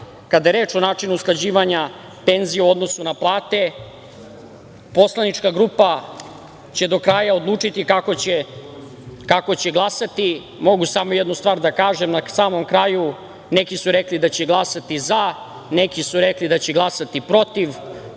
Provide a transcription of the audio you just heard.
kada je reč o načinu usklađivanja penzija u odnosu na plate, poslanička grupa će do kraja odlučiti kako će glasati. Mogu samo jednu stvar da kažem na samom kraju - neki su rekli da će glasati "za", neki su rekli da će glasati "protiv",